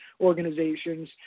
organizations